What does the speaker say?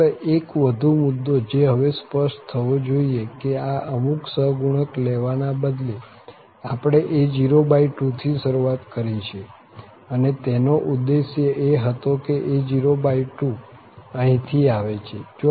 ફક્ત એક વધુ મુદ્દો જે હવે સ્પષ્ટ થવો જોઈએ એ કે આ અમુક સહગુણક લેવાના બદલે આપણે a02 થી શરૂઆત કરી છે અને તેનો ઉદ્દેશ્ય એ હતો કે a02 અહીં થી આવે છે